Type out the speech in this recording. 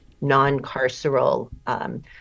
non-carceral